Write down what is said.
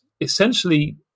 essentially